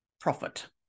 profit